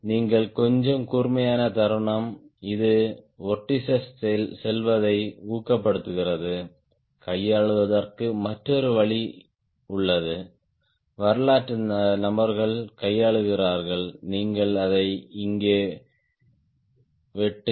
நீங்கள் கொஞ்சம் கூர்மையான தருணம் இது வோர்டிஸ்ஸ் செல்வதை ஊக்கப்படுத்துகிறது கையாளுவதற்கு மற்றொரு வழி உள்ளது வரலாற்று நபர்கள் கையாளுகிறார்கள் நீங்கள் அதை இங்கே வெட்டுங்கள்